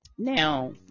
Now